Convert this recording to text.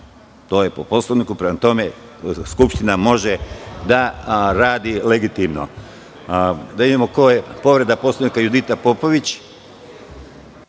To je po Poslovniku. Prema tome, Skupština može da radi legitimno. Povreda Poslovnika, Judita Popović.